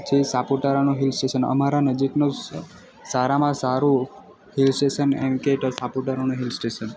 પછી સાપુતારાનું hill station અમારા નજીકનું સારામાં સારું હિલ સ્ટેશન એમ કે તો સાપુતારાનું હિલ સ્ટેશન